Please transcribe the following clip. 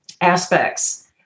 aspects